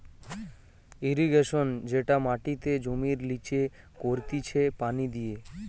irrigation যেটা মাটিতে জমির লিচে করতিছে পানি দিয়ে